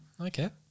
Okay